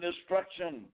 destruction